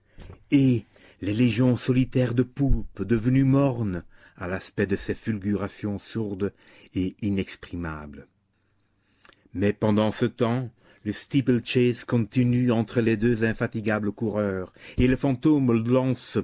et les légions solitaires de poulpes devenues mornes à l'aspect de ces fulgurations sourdes et inexprimables mais pendant ce temps le steeple chase continue entre les deux infatigables coureurs et le fantôme